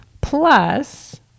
plus